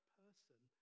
person